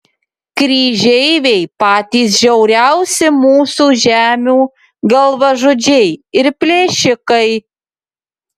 kryžeiviai patys žiauriausi mūsų žemių galvažudžiai ir plėšikai